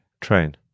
train